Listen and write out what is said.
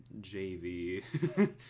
JV